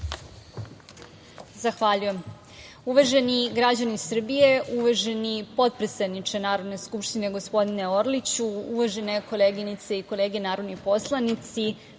Zahvaljujem. Uvaženi građani Srbije, uvaženi potpredsedniče Narodne skupštine, gospodine Orliću, uvažene koleginice i kolege narodni poslanici,